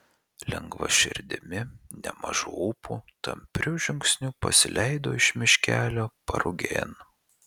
lengva širdimi nemažu ūpu tampriu žingsniu pasileido iš miškelio parugėn